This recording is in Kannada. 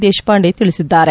ದೇಶಪಾಂಡೆ ತಿಳಿಸಿದ್ದಾರೆ